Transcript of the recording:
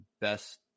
best